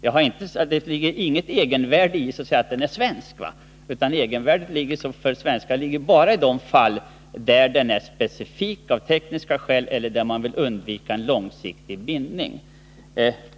Det är i och för sig inget egenvärde i att materielen är svensk, utan egenvärdet för Sverige gäller bara de fall där materielen är specifik av tekniska skäl eller där man vill undvika en långsiktig bindning.